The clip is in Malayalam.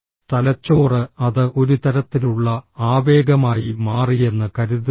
തലച്ചോറ് അത് ഒരു തരത്തിലുള്ള ആവേഗമായി മാറിയെന്ന് കരുതുന്നില്ല